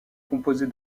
composée